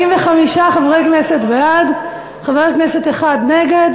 45 חברי כנסת בעד, חבר כנסת אחד נגד.